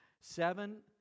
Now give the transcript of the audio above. seven